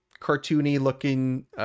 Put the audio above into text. cartoony-looking